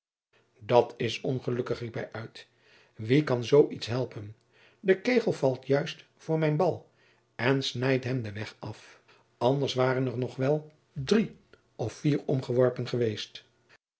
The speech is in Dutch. dat is ongelukkig riep hij uit wie kan zoo iets helpen de kegel valt juist voor mijn bal en snijdt hem den weg af anders waren er nog wel drie of vier omgeworpen geweest